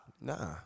Nah